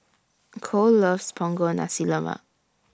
Kole loves Punggol Nasi Lemak